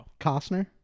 Costner